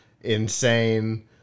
insane